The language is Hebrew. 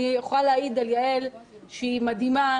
אני יכולה להעיד על יעל שהיא מדהימה.